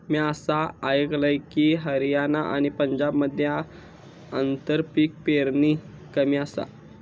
म्या असा आयकलंय की, हरियाणा आणि पंजाबमध्ये आंतरपीक पेरणी कमी आसा